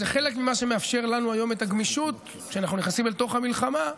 זה חלק ממה שמאפשר לנו היום את הגמישות כשאנחנו נכנסים לתוך המלחמה,